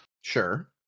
Sure